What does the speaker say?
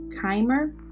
Timer